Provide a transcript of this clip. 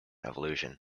evolution